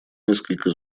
несколько